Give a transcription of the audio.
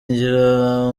ngira